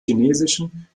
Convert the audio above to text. chinesischen